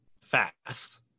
Fast